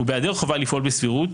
ובהיעדר חובה לפעול בסבירות,